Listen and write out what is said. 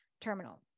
terminal